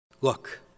Look